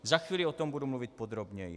Za chvíli o tom budu mluvit podrobněji.